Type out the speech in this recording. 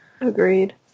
agreed